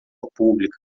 pública